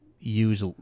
Use